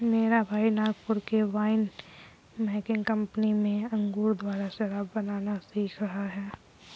मेरा भाई नागपुर के वाइन मेकिंग कंपनी में अंगूर द्वारा शराब बनाना सीख रहा है